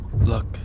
Look